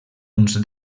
uns